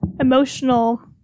emotional